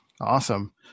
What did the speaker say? Awesome